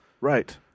Right